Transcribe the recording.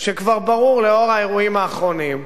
שכבר ברור, לנוכח הימים האחרונים,